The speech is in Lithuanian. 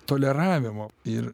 toleravimo ir